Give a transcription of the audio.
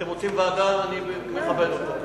אתם רוצים ועדה, אני מכבד את זה.